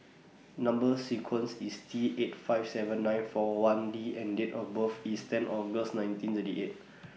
Number sequence IS T eight five seven nine four one D and Date of birth IS ten August nineteen thirty eight